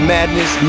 Madness